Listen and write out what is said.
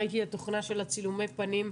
ראיתי את התוכנה של צילומי הפנים.